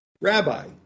Rabbi